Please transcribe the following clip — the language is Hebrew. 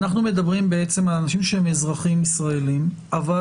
אנחנו מדברים על אנשים שהם אזרחים ישראלים אבל